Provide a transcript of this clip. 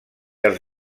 els